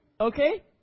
Okay